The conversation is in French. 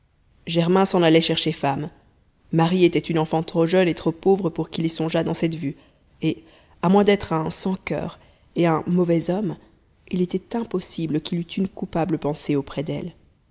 germain s'en allait chercher femme marie était une enfant trop jeune et trop pauvre pour qu'il y songeât dans cette vue et à moins d'être un sans cur et un mauvais homme il était impossible qu'il eût une coupable pensée auprès d'elle